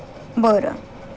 बरं